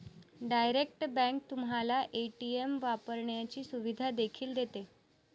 direct bank तुम्हाला ATM वापरण्याची सुविधा देखील देते